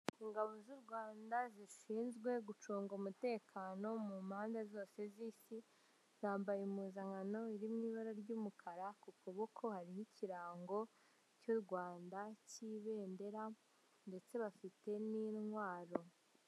Ingabo z'u Rwanda zishinzwe gucunga umutekano mu mpande zose z'isi, zambaye impuzankano iri mu ibara ry'umukara, ku kuboko hari n'ikirango cy'u Rwanda cy'ibendera ndetse bafite n'intwaro.